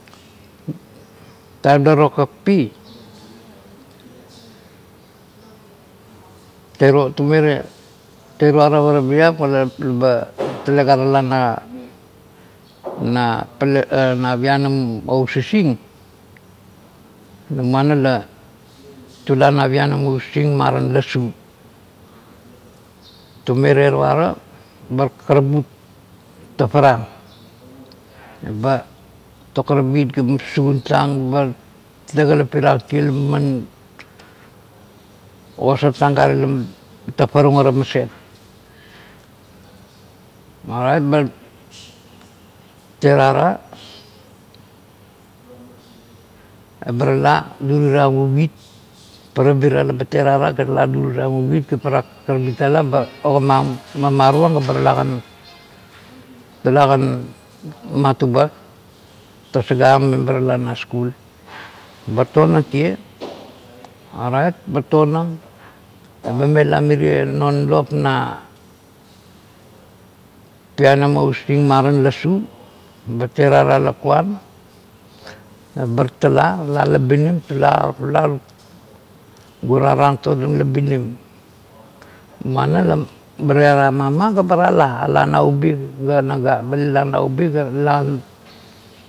Taim la tokakapi tume terura lega tala na pianam o usising moana la tula na pinanim o usising lossu tume bar karabut tafarang eba tokarabit laman susungun tang bar tegalpirang tie la man okasar tang gare la tafarung ara maset urait bar terara ga barala durirang ukit parabira ba terara ba tala durirang ukit bar akarbit tala ba ogimang mamarung ga ba ogima ang mamarung tala kan kala kan batuba tosaga ong mena sikul bar tonang tie orait ba tonang tie bar mela mirie na lop na pinam o usising lossu baterara lakun ebar tala labinim tula tular gurang rang labinim moana bar tiara mama ga ebar ala ala naubi ga naga ba lila naubi ga tata kan.